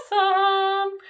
Awesome